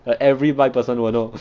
like every bisexual person will know